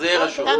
זה יהיה רשום.